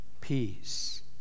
peace